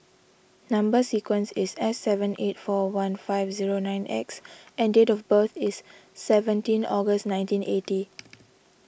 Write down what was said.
Number Sequence is S seven eight four one five zero nine X and date of birth is seventeen August nineteen eighty